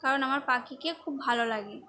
কারণ আমার পাখিকে খুব ভালো লাগে